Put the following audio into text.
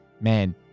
man